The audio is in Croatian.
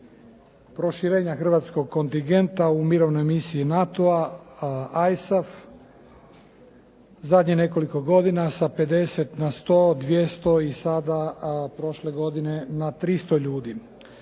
proširenja hrvatskog kontingenta u Mirovnoj misiji NATO-a ISAF zadnjih nekoliko godina sa 50 na 100, 200 i sada prošle godine na 300 ljudi.